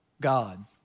God